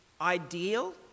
ideal